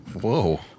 Whoa